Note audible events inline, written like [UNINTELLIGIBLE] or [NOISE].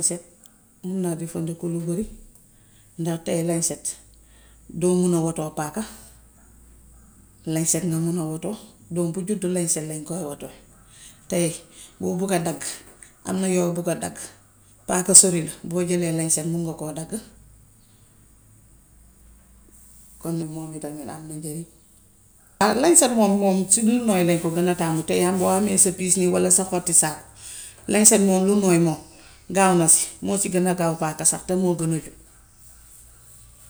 Lañset mun naa jëfandiku lu bëri ndax tay lañset doo muna watoo paaka, lañset nga mun a watoo. Doom bu juddu lanset lañ koy watee. Tay boo bugg a dag; am na yoo bugg a dagg paaka sori la, boo jëlee lañset mun nga koo dagg. Kon moom itamit am na njariñ. [UNINTELLIGIBLE] lañset moom moom si lu nooy lañ ko gën lañ ko gën a taamu. Tay ham boo amee sa piis walla sa xotti saaku. Lañset moom lu nooy moom gaaw na si, moo si gën a gaaw paaka sax te moo gen a jub.